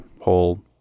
whole